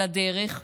על הדרך,